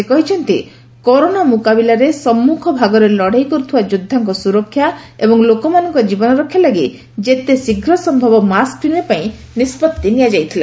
ସେ କହିଛନ୍ତି କରୋନା ମୁକାବିଲାରେ ସମଗ୍ର ଭାଗରେ ଲଢ଼େଇ କରୁଥିବା ଯୋବ୍ବାଙ୍କ ସୁରକ୍ଷା ଏବଂ ଲୋକମାନଙ୍କ ଜୀବନରକ୍ଷା ଲାଗି ଯେତେଶୀଘ୍ର ସମ୍ମବ ମାସ୍କ୍ କିଶିବା ପାଇଁ ନିଷ୍ବତ୍ତି ନିଆଯାଇଥିଲା